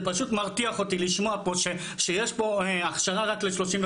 זה פשוט מרתיח אותי לשמוע פה שיש פה הכשרה רק ל-35.